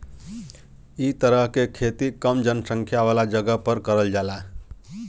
इ तरह के खेती कम जनसंख्या वाला जगह पर करल जाला